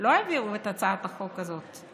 לא העבירו את הצעת החוק הזו.